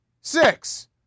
Six